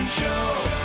show